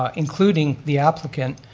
ah including the applicant,